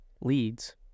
leads